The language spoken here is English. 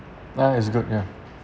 ya it's good ya